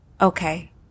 okay